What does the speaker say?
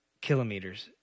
kilometers